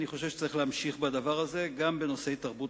אני חושב שצריך להמשיך בזה גם בנושאי תרבות